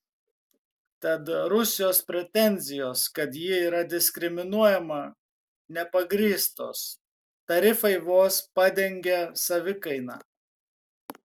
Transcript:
tad rusijos pretenzijos kad ji yra diskriminuojama nepagrįstos tarifai vos padengia savikainą